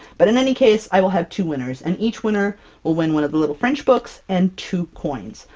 but in any case, i will have two winners, and each winner will win one of the little french books and two coins!